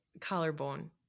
collarbone